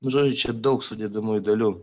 nu žodžiu čia daug sudedamųjų dalių